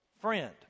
friend